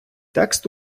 текст